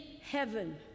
heaven